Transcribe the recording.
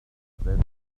then